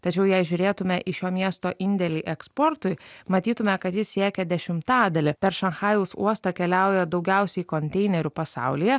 tačiau jei žiūrėtume į šio miesto indėlį eksportui matytume kad jis siekia dešimtadalį per šanchajaus uostą keliauja daugiausiai konteinerių pasaulyje